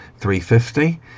350